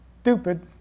stupid